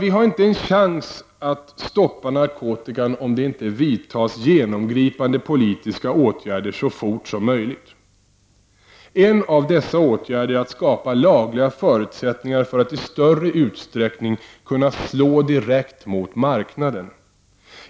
Vi har inte en chans att stoppa narkotikan, om det inte omedelbart vidtas genomgripande politiska åtgärder. En av dessa åtgärder är att skapa lagliga förutsättningar för att i större utsträckning kunna slå direkt mot marknaden.